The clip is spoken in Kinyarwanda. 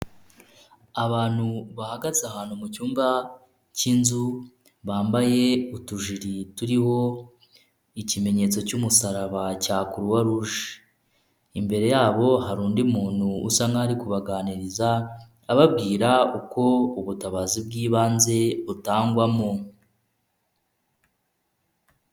Abantu bahagaze ahantu mu cyumba k'inzu bambaye utujiri turiho ikimenyetso cy'umusaraba cya kuruwaruje, imbere yabo hari undi muntu usa nkaho ari kubaganiriza ababwira uko ubutabazi bw'ibanze butangwamo.